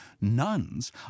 Nuns